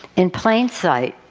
in plain sight,